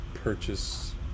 purchase